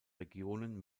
regionen